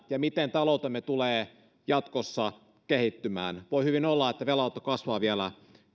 ja miten taloutemme tulee jatkossa kehittymään voi hyvin olla että velanotto kasvaa vielä